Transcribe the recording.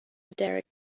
derek